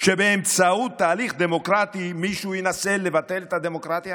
כשבאמצעות תהליך דמוקרטי מישהו ינסה לבטל את הדמוקרטיה?